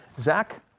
Zach